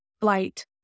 flight